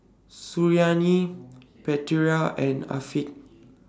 Suriani Putera and Afiq